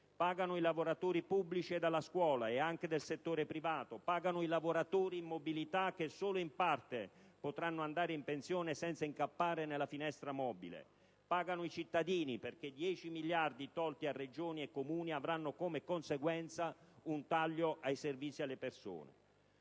Pagano i lavoratori pubblici e della scuola e anche del settore privato; pagano i lavoratori in mobilità che solo in parte potranno andare in pensione senza incappare nella finestra mobile; pagano i cittadini, perché 10 miliardi tolti a Regioni e Comuni avranno come conseguenza un taglio ai servizi e alle persone.